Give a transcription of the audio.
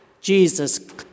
Jesus